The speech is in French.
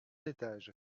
étages